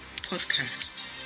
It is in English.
podcast